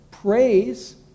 Praise